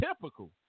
typical